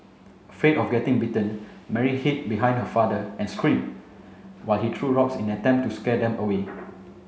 afraid of getting bitten Mary hid behind her father and screamed while he threw rocks in attempt to scare them away